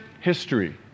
history